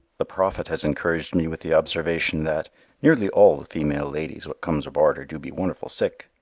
the prophet has encouraged me with the observation that nearly all the female ladies what comes aboard her do be wonderful sick,